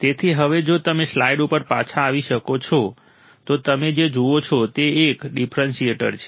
તેથી હવે જો તમે સ્લાઇડ ઉપર પાછા આવી શકો છો તો તમે જે જુઓ છો તે એક ડિફરન્શિએટર છે